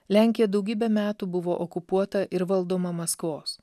lenkija daugybę metų buvo okupuota ir valdoma maskvos